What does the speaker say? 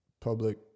public